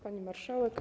Pani Marszałek!